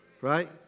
Right